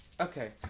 Okay